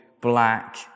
black